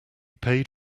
paid